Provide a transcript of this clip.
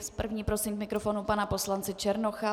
První prosím k mikrofonu pana poslance Černocha.